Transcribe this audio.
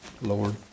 Lord